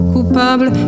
Coupable